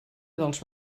dels